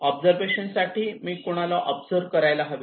observation साठी मी कुणाला ऑब्झर्व करायला हवे